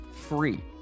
free